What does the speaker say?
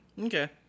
Okay